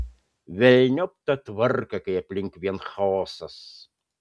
velniop tą tvarką kai aplink vien chaosas